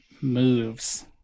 moves